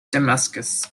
damascus